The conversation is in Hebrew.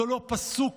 זה לא רק פסוק,